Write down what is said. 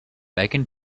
bacon